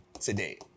today